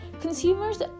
Consumers